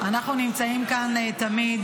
אנחנו נמצאים כאן תמיד,